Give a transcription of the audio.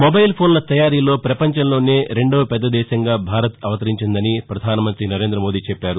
mobile ఫోన్ల తయారీలో ప్రపంచంలోనే రెండో పెద్ద దేశంగా భారత్ అవతరించిందని పధానమంత్రి నరేంద మోదీ చెప్పారు